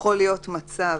יכול להיות מצב